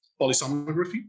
polysomnography